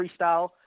freestyle –